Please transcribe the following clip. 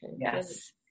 Yes